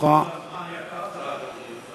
זמן יקר של שרת הבריאות.